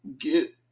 get